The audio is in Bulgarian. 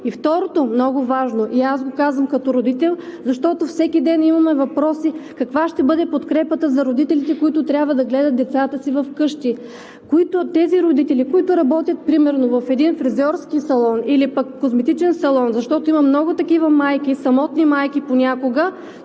Второто много важно и го казвам като родител, защото всеки ден имаме въпроси, каква ще бъде подкрепата за родителите, които трябва да гледат децата си вкъщи? Тези родители, които работят, например в един фризьорски салон или пък в козметичен салон, защото има много такива майки, самотни майки понякога,